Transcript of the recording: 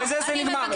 בזה זה נגמר.